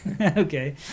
okay